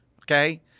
okay